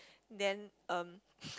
then um